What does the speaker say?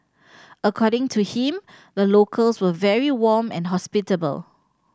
according to him the locals were very warm and hospitable